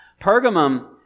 Pergamum